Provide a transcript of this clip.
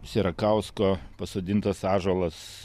sierakausko pasodintas ąžuolas